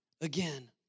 again